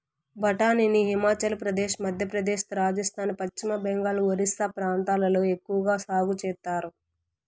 బఠానీని హిమాచల్ ప్రదేశ్, మధ్యప్రదేశ్, రాజస్థాన్, పశ్చిమ బెంగాల్, ఒరిస్సా ప్రాంతాలలో ఎక్కవగా సాగు చేత్తారు